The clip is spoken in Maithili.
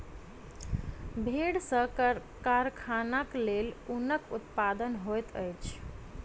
भेड़ सॅ कारखानाक लेल ऊनक उत्पादन होइत अछि